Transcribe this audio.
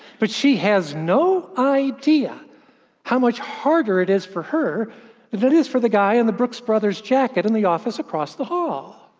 but she has no idea how much harder it is for her than it is for the guy in the brooks brothers jacket in the office across the hall.